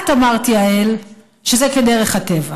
את אמרת, יעל, שזה כדרך הטבע.